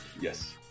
Yes